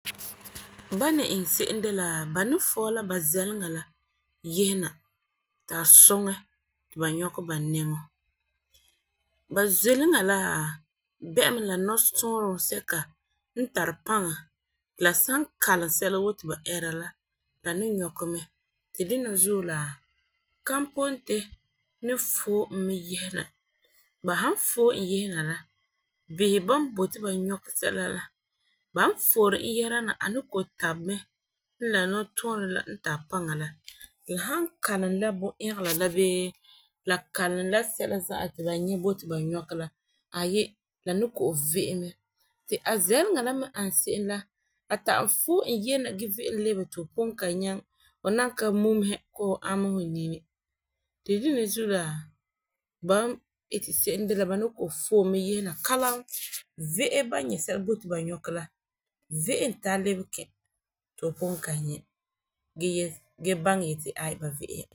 Ba ni iŋɛ se'em de la bala ni fɔɔ la ba zɛleŋa la yehena ta suŋɛ ti ba nyɔkɛ ba nɛŋɔ. Ba zɛleŋa laa bɛ mɛ la nutɔɔrum sɛka n tari paŋa ti la san kalam sɛla woo ti ba ɛɛra la la ni nyɔkɛ mɛ ti dina zuo laa, kampontɛ ni foo e mɛ yehena. Ba han foo e yehena la, behe ban boti ba nyɔkɛ sɛla la ban fori e yehera na la a ni kɔ'ɔm tap mɛ n la natuurum la n tara paŋa la, la han kalam la bun'egela la bɛɛ la kalam la sɛla za'a ti la nyɛ boti ba nyɔkɛ la aayi la ni kɔ'ɔm vee mɛ. Ti a zɛleŋa la me n ani se'em la a ta'am foo e yehena gee ve' e e lebe ti fu pugum ka nyaŋɛ fu nan ka mumuhe koo hu amesɛ fu nini. Ti dina zuo laa ba iti se'em de laa ba ni kɔ'ɔm foo e mɛ yehena kalam ve'e ba nyɛ sɛla boti ba nyɔkɛ la ve'e e tara lebe kɛ tu fu pugum ka nyɛ gee baŋɛ yeti aayi ba nyɔkɛ ya.